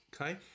Okay